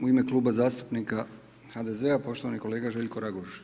U ime Kluba zastupnika HDZ-a poštovani kolega Željko Raguž.